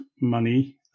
money